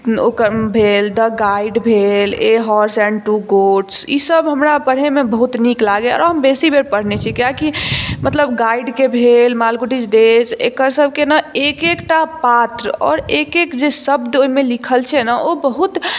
भेल the guide भेल a horse and two goats ई सब हमरा पढ़ै मे बहुत नीक लागैया आओर हम बेसी बेर पढ़ने छी कियाकि मतलब गाइड के भेल मालगुडीज डेज एकर सब के एक एकटा पात्र आओर एक एक जे शब्द ओहि मे लिखल छै ओ बहुत